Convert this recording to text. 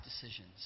decisions